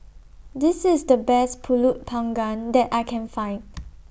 This IS The Best Pulut Panggang that I Can Find